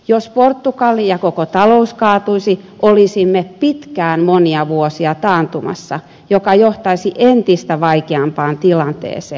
jos portugali ja koko talous kaatuisi olisimme pitkään monia vuosia taantumassa mikä johtaisi entistä vaikeampaan tilanteeseen